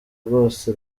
rwose